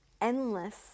endless